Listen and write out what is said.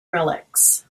relics